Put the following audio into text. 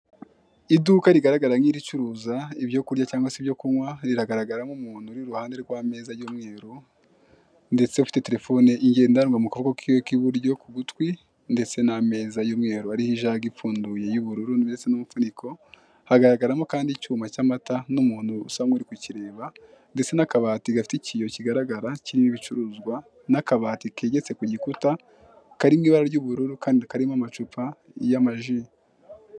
Iduka rigaragara nk'iricuruza ibyo kurya cyangwa se ibyo kunywa, riragaragaramo umuntu uri iruhande rw'ameza y'umweru, ndetse ufite terefone ngendanwa mu kaboko k'iwe k'iburyo k'ugutwi ndetse n'ameza y'umweru ariho ijage ipfunduye y'ubururu ndetse n'umupfuniko, hagaragaramo kandi icyuma cy'amata, n'umuntu usa nk'uri kukirebaba ndetse n'akabati gafite ikiyo kigaragara kirimo ibicuruzwa, n'akabati kegetse ku gikuta kari mu ibara ry'ubururu kandi karimo amacupa y'amaji.